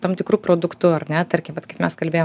tam tikru produktu ar ne tarkim vat kaip mes kalbėjom